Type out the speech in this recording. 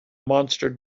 monster